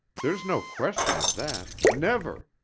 there's no question of that. never.